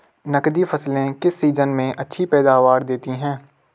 नकदी फसलें किस सीजन में अच्छी पैदावार देतीं हैं?